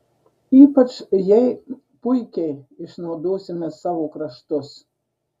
ypač jai puikiai išnaudosime savo kraštus